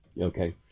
okay